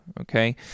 okay